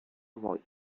voice